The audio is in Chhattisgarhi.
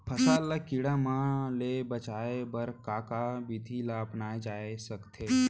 फसल ल कीड़ा मन ले बचाये बर का का विधि ल अपनाये जाथे सकथे?